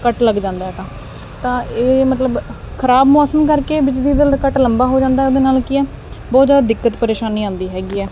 ਕੱਟ ਲੱਗ ਜਾਂਦਾ ਏ ਤਾਂ ਤਾਂ ਇਹ ਮਤਲਬ ਖਰਾਬ ਮੌਸਮ ਕਰਕੇ ਬਿਜਲੀ ਦਾ ਕੱਟ ਲੰਬਾ ਹੋ ਜਾਂਦਾ ਉਹਦੇ ਨਾਲ ਕੀ ਆ ਬਹੁਤ ਜਿਆਦਾ ਦਿੱਕਤ ਪਰੇਸ਼ਾਨੀ ਆਉਂਦੀ ਹੈਗੀ ਆ